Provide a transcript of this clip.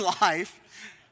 life